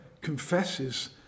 confesses